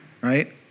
right